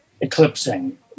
eclipsing